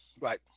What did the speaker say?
Right